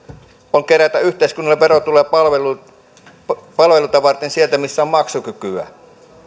on kerätä yhteiskunnalle verotuloja palveluita varten sieltä missä on maksukykyä